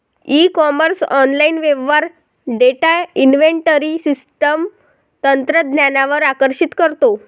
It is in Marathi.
ई कॉमर्स ऑनलाइन व्यवहार डेटा इन्व्हेंटरी सिस्टम तंत्रज्ञानावर आकर्षित करतो